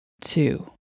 Two